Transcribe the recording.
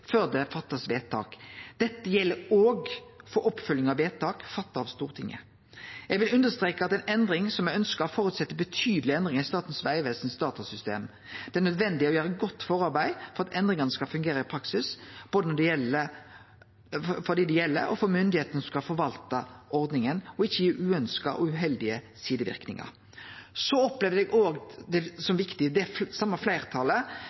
før det blir fatta vedtak. Dette gjeld òg for oppfølging av vedtak fatta av Stortinget. Eg vil understreke at den endringa som er ønskt, føreset betydelege endringar i datasystemet til Statens vegvesen. Det er nødvendig å gjere eit godt forarbeid for at endringane skal fungere i praksis, for dei det gjeld og for myndigheita som skal forvalte ordninga, og ikkje gi uønskte og uheldige sideverknader. Noko anna som er viktig: Det same fleirtalet